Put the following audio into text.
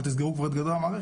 אבל תסגרו כבר את גדר המערכת.